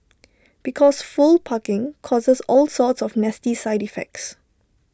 because full parking causes all sorts of nasty side effects